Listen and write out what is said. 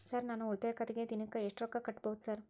Sir ನಾನು ಉಳಿತಾಯ ಖಾತೆಗೆ ದಿನಕ್ಕ ಎಷ್ಟು ರೊಕ್ಕಾ ಕಟ್ಟುಬಹುದು ಸರ್?